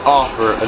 offer